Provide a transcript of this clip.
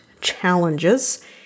challenges